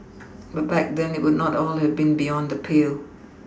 but back then it would not at all have been beyond the pale